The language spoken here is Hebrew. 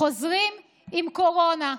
חוזרים עם קורונה.